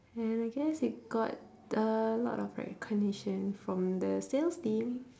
and I guess it got a lot of recognition from the sales team